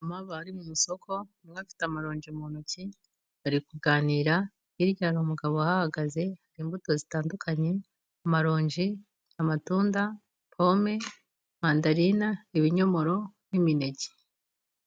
Abamama bari mu masoko. Umwe afite amarongi mu ntoki bari kuganira, hirya hari umugabo uhahagaze. Hari imbuto zitandukanye, amarongi, amatunda, pome, mandalina, ibinyomoro n'imineke.